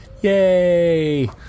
Yay